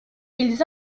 ils